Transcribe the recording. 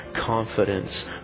confidence